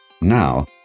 Now